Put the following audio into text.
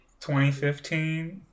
2015